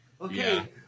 Okay